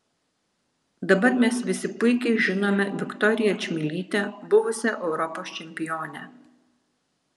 dabar mes visi puikiai žinome viktoriją čmilytę buvusią europos čempionę